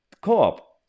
co-op